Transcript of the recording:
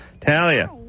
Talia